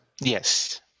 yes